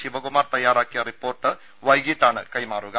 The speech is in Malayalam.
ശിവകുമാർ തയ്യാറാക്കിയ റിപ്പോർട്ട് വൈകിട്ടാണ് കൈമാറുക